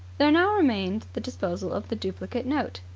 there now remained the disposal of the duplicate note.